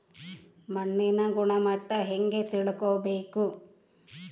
ಮಣ್ಣಿನ ಗುಣಮಟ್ಟ ಹೆಂಗೆ ತಿಳ್ಕೊಬೇಕು?